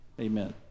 Amen